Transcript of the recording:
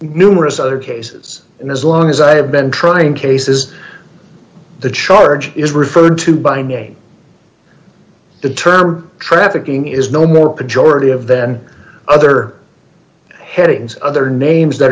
numerous other cases and as long as i have been trying cases the charge is referred to by name the term trafficking is no more pejorative then other headings other names that